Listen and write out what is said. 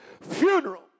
funeral